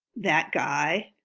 that guy,